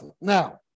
Now